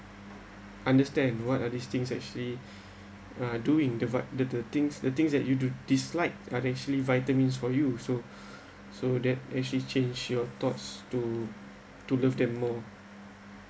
understand what are these things actually uh do in divide the the things the things that you dislike are actually vitamins for you so so that actually change your thoughts to to love them more